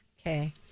Okay